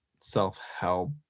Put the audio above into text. self-help